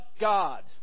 God